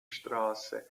straße